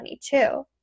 22